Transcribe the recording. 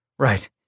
Right